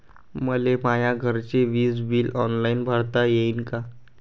मले माया घरचे विज बिल ऑनलाईन भरता येईन का?